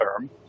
term